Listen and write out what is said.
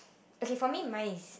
okay for me mine is